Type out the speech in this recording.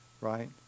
right